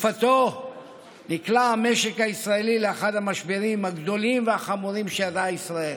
בתקופתו נקלע המשק הישראלי לאחד המשברים הגדולים והחמורים שידעה ישראל: